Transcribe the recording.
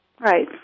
Right